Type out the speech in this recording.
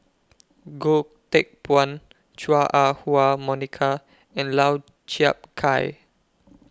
Goh Teck Phuan Chua Ah Huwa Monica and Lau Chiap Khai